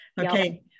okay